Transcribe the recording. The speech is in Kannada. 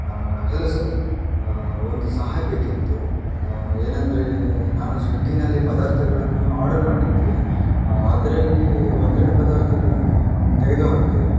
ಹೆಲೋ ಸರ್ ಒಂದು ಸಹಾಯ ಬೇಕಿತ್ತು ಏನಂದರೆ ನಾನು ಸ್ವಿಗ್ಗಿನಲ್ಲಿ ಪದಾರ್ಥಗಳನ್ನು ಆರ್ಡರ್ ಮಾಡಿದ್ದೆ ಅದರಲ್ಲಿ ಒಂದೆರಡು ಪದಾರ್ಥಗಳನ್ನು ತೆಗೆದುಹಾಕುತ್ತೀರಾ